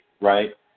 right